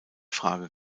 frage